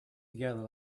together